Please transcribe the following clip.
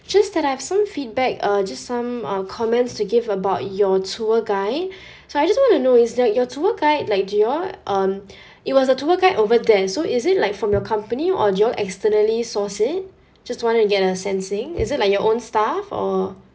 just that I have some feedback uh just some uh comments to give about your tour guide so I just want to know is that your tour guide like do you all um it was a tour guide over there so is it like from your company or do you all externally source it just wanted to get a sensing is it like your own staff or